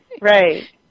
right